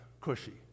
Cushy